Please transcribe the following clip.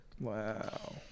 Wow